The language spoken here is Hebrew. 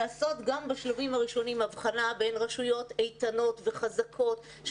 לעשות כבר בשלבים הראשונים הבחנה בין רשויות איתנות וחזקות.